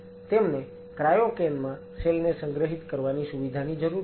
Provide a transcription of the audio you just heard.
તેમને ક્રાયોકેન માં સેલ ને સંગ્રહિત કરવાની સુવિધાની જરૂર હોય છે